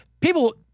people